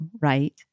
right